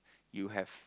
you have